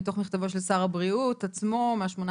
מתוך מכתבו של שר הבריאות עצמו מ-18